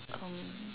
um